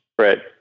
Right